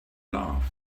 love